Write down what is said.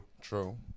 True